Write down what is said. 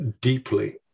deeply